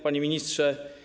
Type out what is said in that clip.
Panie Ministrze!